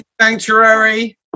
sanctuary